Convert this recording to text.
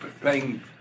playing